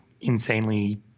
insanely